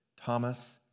Thomas